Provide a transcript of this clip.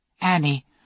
Annie